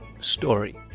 story